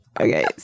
Okay